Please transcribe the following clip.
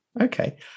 Okay